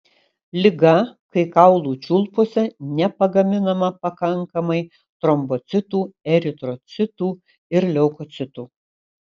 liga kai kaulų čiulpuose nepagaminama pakankamai trombocitų eritrocitų ir leukocitų